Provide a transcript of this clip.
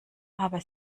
aber